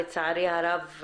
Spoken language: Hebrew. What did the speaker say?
לצערי הרב,